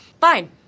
fine